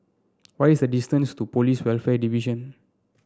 what is the distance to Police Welfare Division